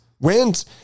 Wins